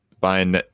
buying